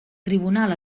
tribunal